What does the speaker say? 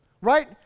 right